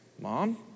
mom